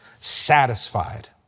satisfied